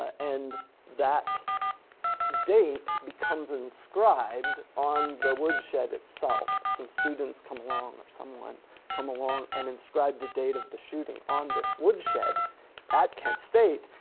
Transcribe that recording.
and that date becomes inscribed on the woodshed itself. some students come along or someone come along and inscribed the date of the shooting on this woodshed at kent state,